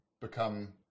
become